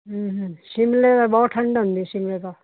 ਹਮ ਹਮ ਸ਼ਿਮਲੇ ਦਾ ਬਹੁਤ ਠੰਡ ਹੁੰਦੀ ਸ਼ਿਮਲੇ ਤਾਂ